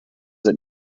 its